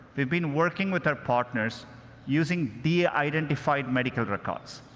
we've been working with our partners using de-identified medical records.